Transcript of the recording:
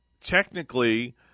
technically